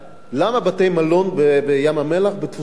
למה בתי-המלון בים-המלח בתפוסה מלאה?